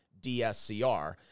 DSCR